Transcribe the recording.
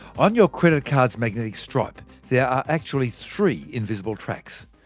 on your credit card's magnetic stripe, there are actually three invisible tracks.